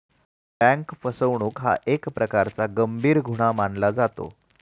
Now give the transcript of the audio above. bank फसवणूक हा एक प्रकारचा गंभीर गुन्हा मानला जातो